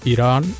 Iran